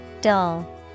Dull